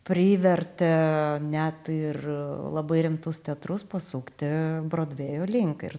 privertė net ir labai rimtus teatrus pasukti brodvėjo link ir